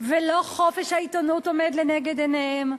ולא חופש העיתונות עומד לנגד עיניהם.